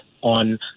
on